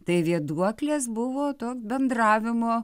tai vėduoklės buvo to bendravimo